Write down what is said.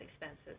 expenses